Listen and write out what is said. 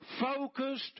focused